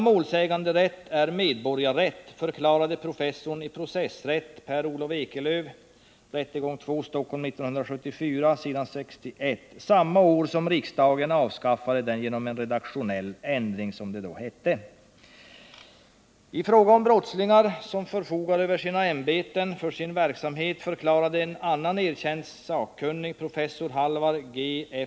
”Målsäganderätt är medborgarrätt”, förklarade professorn i processrätt Per Olof Ekelöf — Rättegång II, Stockholm 1974, s. 61 —- samma år som riksdagen avskaffade den genom ”en redaktionell ändring”. I fråga om brottslingar som förfogar över ämbeten för sin verksamhet förklarade en annan erkänd sakkunnig, professorn Halvar G.